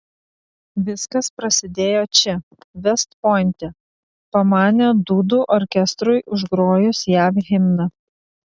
viskas prasidėjo čia vest pointe pamanė dūdų orkestrui užgrojus jav himną